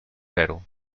zero